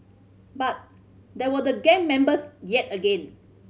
but there were the gang members yet again